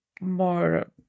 more